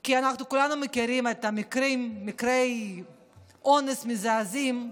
כי אנחנו כולנו מכירים את מקרי האונס המזעזעים.